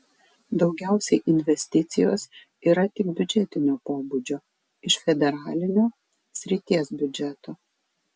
daugiausiai investicijos yra tik biudžetinio pobūdžio iš federalinio srities biudžeto